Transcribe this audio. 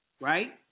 Right